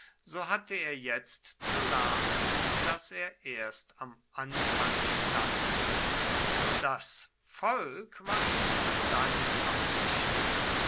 so hatte er jetzt zu lernen daß er erst am anfang stand das volk war ihm zu dank verpflichtet